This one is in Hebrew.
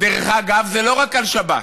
דרך אגב, זה לא רק על שבת,